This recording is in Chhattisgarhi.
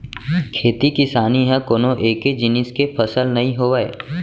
खेती किसानी ह कोनो एके जिनिस के फसल नइ होवय